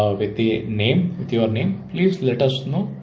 ah with the name with your name, please. let us know.